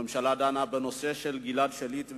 הממשלה דנה בנושא של גלעד שליט ושחרורו.